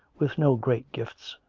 with no great gifts.